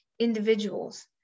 individuals